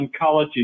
oncology